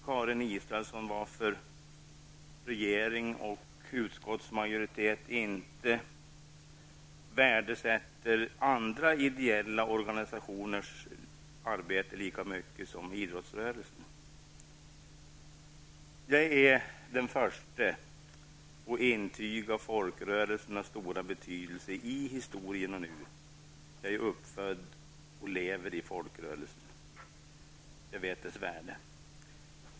Karin Israelsson frågar varför regering och utskottsmajoritet inte värdesätter andra ideella organisationers arbete lika mycket som idrottsrörelsens. Jag är den förste att intyga folkrörelsernas stora betydelse -- förr och nu. Jag är uppfödd med och lever i folkrörelsen och vet dess värde.